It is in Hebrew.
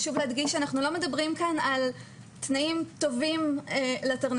חשוב להדגיש שאנחנו לא מדברים כאן על תנאים טובים לתרנגולות,